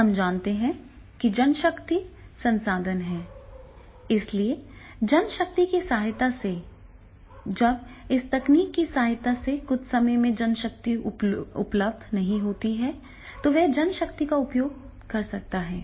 हम जानते हैं कि जनशक्ति संसाधन है इसलिए जनशक्ति की सहायता से जब इस तकनीक की सहायता से कुछ समय में जनशक्ति उपलब्ध नहीं होती है तो वह जनशक्ति का उपयोग कर सकता है